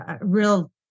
real